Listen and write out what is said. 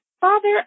Father